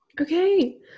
Okay